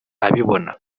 abibona